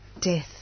death